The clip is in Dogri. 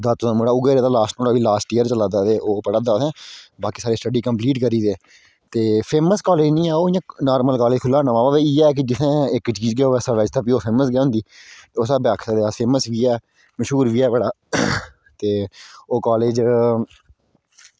ते ओह् पढ़दा ते नुहाड़ा बी लॉस्ट ईयर गै चला दा इत्थें बाकी सारे स्टडी कम्पलीट करी गेदे फेमस कॉलेज निं ऐ ओह् नॉर्मल कॉलेज खुल्ले दा नमां ओह् ते साढ़े आस्तै ठीक ऐ ओह् साढ़े आस्तै फेमस गै होंदी उस स्हाबै दे आक्खेआ जा ते फेमस बी ऐ मशहूर बी ऐ बड़ा ते ओह् कॉलेज